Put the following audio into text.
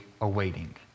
awaiting